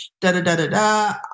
da-da-da-da-da